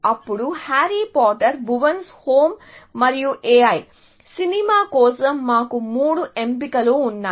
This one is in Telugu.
అప్పుడు హ్యారీ పాటర్ భువాన్స్ హోమ్ మరియు A I సినిమా కోసం మాకు మూడు ఎంపికలు ఉన్నాయి